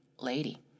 lady